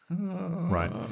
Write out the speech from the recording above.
right